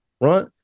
right